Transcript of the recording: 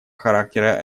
характера